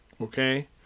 okay